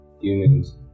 humans